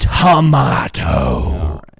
tomato